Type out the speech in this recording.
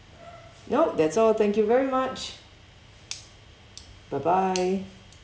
no that's all thank you very much bye bye